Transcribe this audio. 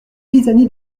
pisani